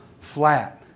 flat